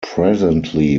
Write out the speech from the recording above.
presently